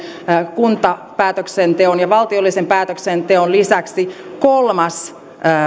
kuntapäätöksenteon ja valtiollisen päätöksenteon lisäksi kolmas